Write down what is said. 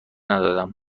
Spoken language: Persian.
ندادم